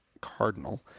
cardinal